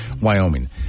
Wyoming